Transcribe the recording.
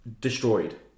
Destroyed